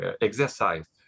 exercise